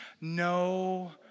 no